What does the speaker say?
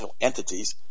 entities